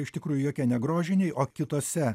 iš tikrųjų jokie ne grožiniai o kitose